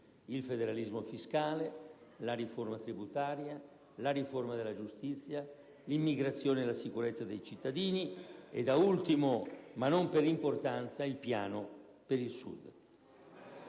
il federalismo fiscale, la riforma tributaria, la riforma della giustizia, l'immigrazione e la sicurezza dei cittadini e, da ultimo, ma non per importanza, il piano per il Sud.